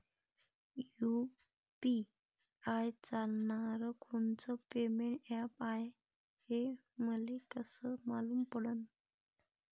UPI चालणारं कोनचं payment app हाय, हे मले कस मालूम पडन?